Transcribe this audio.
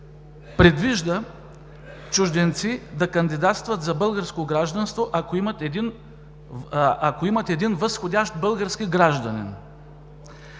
предвижда чужденци да кандидатстват за българско гражданство, ако имат един възходящ български гражданин.